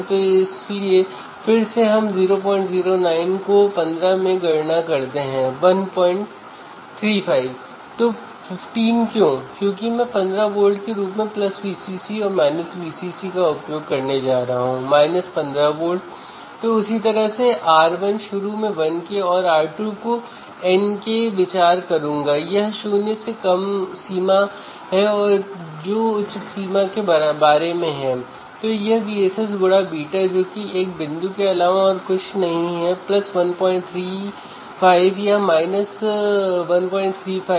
तो हम instrumentation amplifier पर इनपुट वोल्टेज लगाते हैं अब हम पहले से ही ऑपरेशन एम्पलीफायर के लिए बायस वोल्टेज लागू चुके